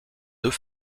deux